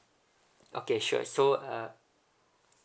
okay sure so uh